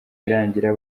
irangira